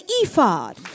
ephod